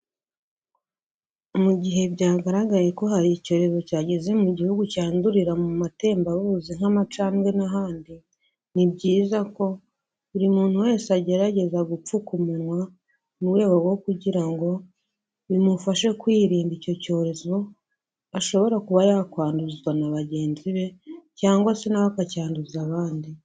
Mu gihe byagaragaye ko hari icyorezo cyageze mu gihugu cyandurira mu matembabuzi nk'amacandwe n'ahandi, ni byiza ko buri muntu wese agerageza gupfuka umunwa, mu rwego rwo kugira ngo bimufashe kwirinda icyo cyorezo, ashobora kuba yakwanduzwa na bagenzi be cyangwa se na we akacyanduza abandi.